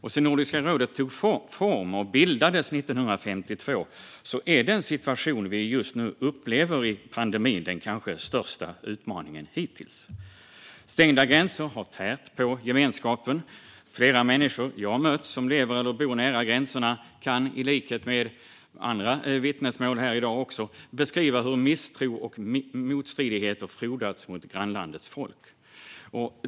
Sedan Nordiska rådet bildades 1952 är den situation som vi just nu upplever under pandemin den kanske största utmaningen hittills. Stängda gränser har tärt på gemenskapen. Flera människor jag har mött som lever eller bor nära gränserna kan, i likhet med vad vi hört i andra vittnesmål här i dag, beskriva hur misstro och motstridigheter gentemot grannlandets folk frodats.